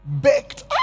Baked